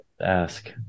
ask